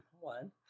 one